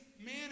man